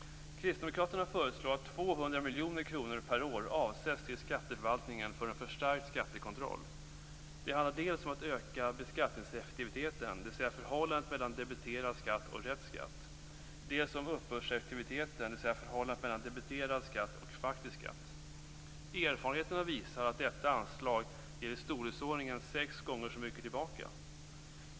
Kristdemokraterna föreslår att 200 miljoner kronor per år avsätts till skatteförvaltningen för en förstärkt skattekontroll. Det handlar dels om att öka beskattningseffektiviteten, dvs. förhållandet mellan debiterad skatt och rätt skatt, dels om uppbördseffektiviteten, dvs. förhållandet mellan debiterad skatt och faktiskt skatt. Erfarenheterna visar att detta anslag ger i storleksordningen sex gånger så mycket tillbaka.